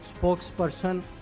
spokesperson